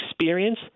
experience